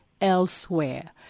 elsewhere